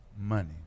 money